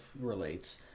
relates